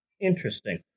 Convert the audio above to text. Interesting